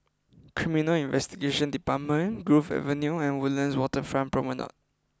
Criminal Investigation Department Grove Avenue and Woodlands Waterfront Promenade